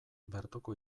bertoko